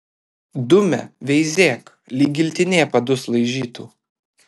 dumia veizėk lyg giltinė padus laižytų